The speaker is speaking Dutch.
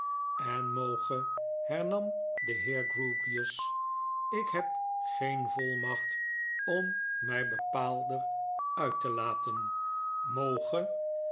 en moge hernam de heer grewgious ik heb geen volmacht om my bepaalder uit te laten moge